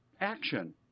action